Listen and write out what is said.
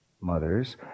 mothers